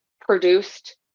produced